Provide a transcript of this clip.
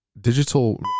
digital